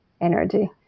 energy